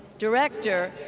director,